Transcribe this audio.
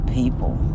people